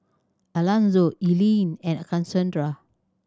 Alanzo Eileen and Casandra